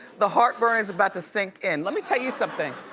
the heartburn is about to sink in. let me tell you something.